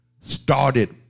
Started